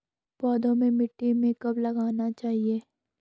पौधों को मिट्टी में कब लगाना चाहिए?